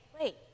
wait